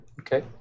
Okay